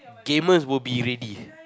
gamers will be ready